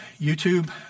YouTube